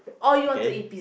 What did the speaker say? okay